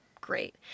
great